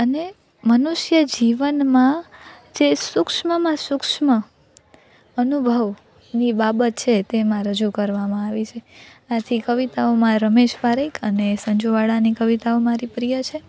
અને મનુષ્ય જીવનમાં જે સૂક્ષ્મમાં સૂક્ષ્મ અનુભવોની બાબત છે તેમાં રજૂ કરવામાં આવી છે આથી કવિતાઓમાં રમેશ પારેખ અને સંજુ વાળાની કવિતાઓ મારી પ્રિય છે